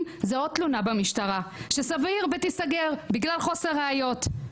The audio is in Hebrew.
זו עוד תלונה במשטרה שסביר ותיסגר בגלל חוסר ראיות,